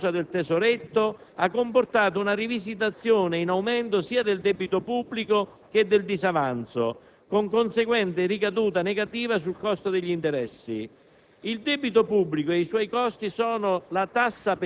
L'aumento di 0,4 per cento a causa del tesoretto ha comportato una rivisitazione in aumento sia del debito pubblico che del disavanzo con conseguente ricaduta negativa sul costo degli interessi.